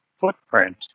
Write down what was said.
footprint